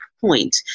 point